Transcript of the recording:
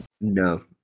No